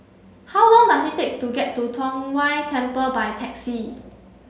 how long does it take to get to Tong Whye Temple by taxi